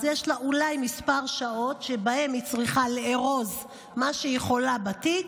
אז יש לה אולי מספר שעות שבהן היא צריכה לארוז מה שהיא יכולה בתיק.